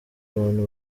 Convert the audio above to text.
bantu